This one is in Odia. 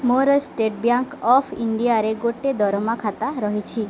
ମୋର ଷ୍ଟେଟ୍ ବ୍ୟାଙ୍କ ଅଫ୍ ଇଣ୍ଡିଆରେ ଗୋଟିଏ ଦରମା ଖାତା ରହିଛି